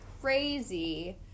crazy